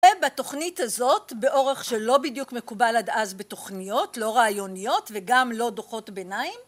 בתוכנית הזאת, באורך שלא בדיוק מקובל עד אז בתוכניות לא רעיוניות וגם לא דוחות ביניים